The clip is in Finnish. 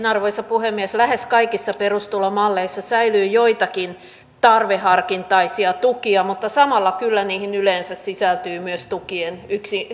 arvoisa puhemies niin lähes kaikissa perustulomalleissa säilyy joitakin tarveharkintaisia tukia mutta samalla kyllä niihin yleensä sisältyy myös tukien